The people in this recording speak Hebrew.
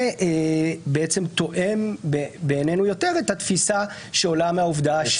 בעצם בעינינו תואם יותר את התפיסה שעולה מהעובדה --- זה